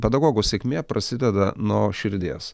pedagogo sėkmė prasideda nuo širdies